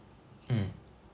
mm